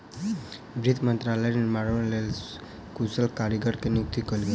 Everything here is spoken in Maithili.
वित्त मंत्रालयक निर्माणक लेल कुशल कारीगर के नियुक्ति कयल गेल